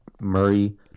Murray